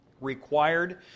required